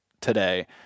today